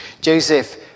Joseph